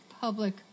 public